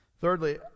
Thirdly